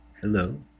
Hello